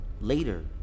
later